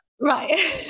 right